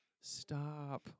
Stop